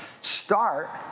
start